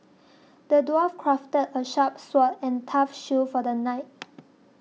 the dwarf crafted a sharp sword and tough shield for the knight